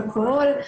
אלכוהול.